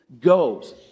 goes